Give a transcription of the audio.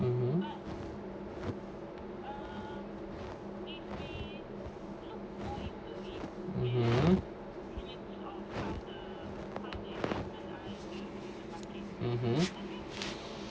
(uh huh)